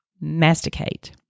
masticate